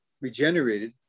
regenerated